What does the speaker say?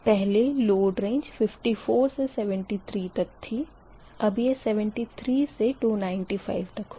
पहले load range 54 से 73 तक थी अब यह 73 से 295 तक होगी